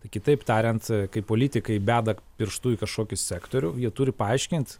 tai kitaip tariant kai politikai beda pirštu į kažkokį sektorių jie turi paaiškint